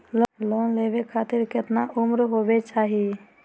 Loan लेवे खातिर केतना उम्र होवे चाही?